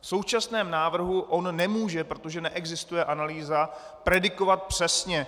V současném návrhu on nemůže, protože neexistuje analýza, predikovat přesně.